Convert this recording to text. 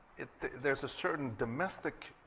there's a certain domestic